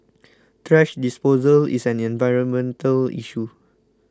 thrash disposal is an environmental issue